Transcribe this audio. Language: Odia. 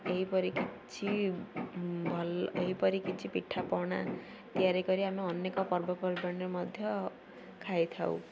ଏହିପରି କିଛି ଭଲ ଏହିପରି କିଛି ପିଠାପଣା ତିଆରି କରି ଆମେ ଅନେକ ପର୍ବପର୍ବାଣୀରେ ମଧ୍ୟ ଖାଇଥାଉ